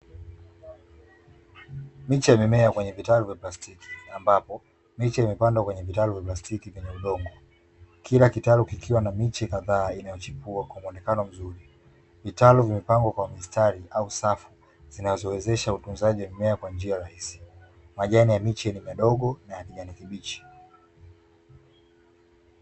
Miche ya mimea kwenye vitalu vya plastiki, ambapo miche imepandwa kwenye vitalu vya plastiki vyenye udongo; kila kitalu kikiwa na miche kadhaa inayochipua kwa muonekano mzuri, vitalu viumepangwa kwa mistari au safu zinazowezesha utunzaji wenyewe kwa njia rahisi majani ya miche ni madogo na ya kijani kibichi.